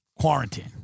quarantine